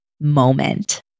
moment